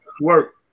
work